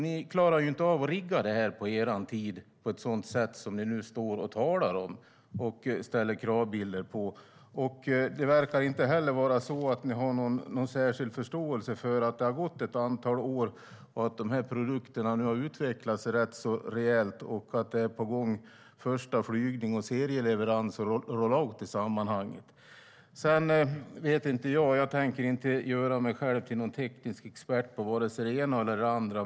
Ni klarade alltså inte av att rigga det här på er tid på ett sådant sätt som ni nu står och talar om och har kravbilder om. Ni verkar inte heller ha någon särskild förståelse för att det har gått ett antal år och att de här produkterna nu har utvecklats rätt rejält och att det är på gång en första flygning, serieleveranser och roll-out i sammanhanget. Sedan vet jag inte. Jag tänker inte göra mig själv till någon teknisk expert på vare sig det ena eller det andra.